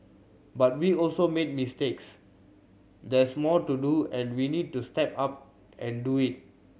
but we also made mistakes there's more to do and we need to step up and do it